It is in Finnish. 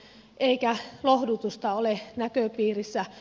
eikä lohdutusta ole näköpiirissä